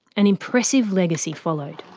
an impressive legacy followed.